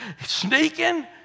sneaking